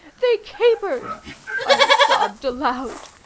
they capered i sobbed aloud.